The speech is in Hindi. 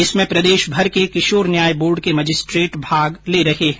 इसमें प्रदेश के किशोर न्यायबोर्ड के मजिस्ट्रेट भाग ले रहे है